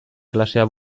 klasea